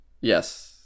Yes